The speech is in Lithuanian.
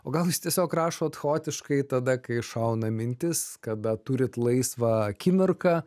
o gal jūs tiesiog rašot chaotiškai tada kai šauna mintis kada turit laisvą akimirką